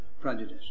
prejudice